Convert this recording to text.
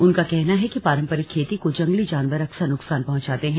उनका कहना है कि पारंपरिक खेती को जंगली जानवर अक्सर नुकसान पहुंचाते हैं